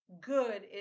good